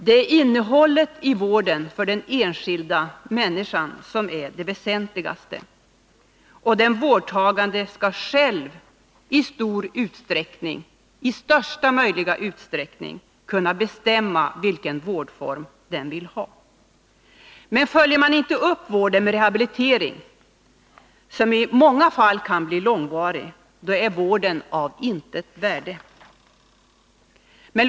Det är innehållet i vården för den enskilda människan som är det väsentligaste, och den vårdsökande skall själv i största möjliga utsträckning kunna bestämma vilken vårdform han eller hon vill ha. Men följer man inte upp vården med rehabilitering, som i många fall kan bli långvarig, är vården av intet värde.